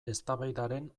eztabaidaren